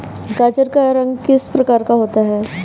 गाजर का रंग किस प्रकार का होता है?